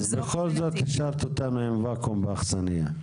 אז בכל זאת השארת אותנו עם וואקום באכסניה.